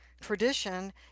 tradition